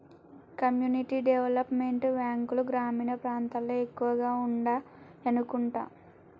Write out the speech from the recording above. community development బ్యాంకులు గ్రామీణ ప్రాంతాల్లో ఎక్కువగా ఉండాయనుకుంటా